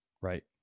right